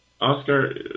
Oscar